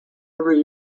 every